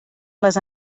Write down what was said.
les